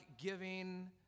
giving